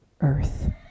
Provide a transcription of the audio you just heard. earth